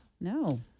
No